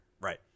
right